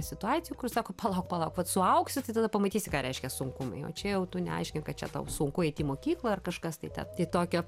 situacijų kur sako palauk palauk vat suaugsi tai tada pamatysi ką reiškia sunkumai o čia jau tu neaiškink kad čia tau sunku eiti į mokyklą ar kažkas tai ten tai tokia